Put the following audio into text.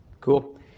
Cool